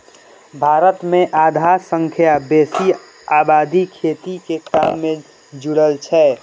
भारत मे आधा सं बेसी आबादी खेती के काम सं जुड़ल छै